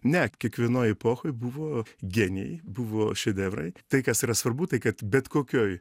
ne kiekvienoj epochoj buvo genijai buvo šedevrai tai kas yra svarbu tai kad bet kokioj